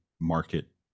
market